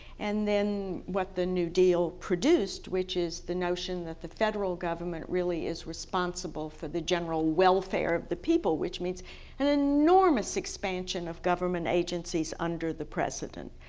and then what the new deal produced which is the notion that the federal government really is responsible for the general welfare of the people which means an enormous expansion of government agencies under the president.